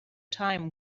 time